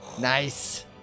Nice